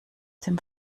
dem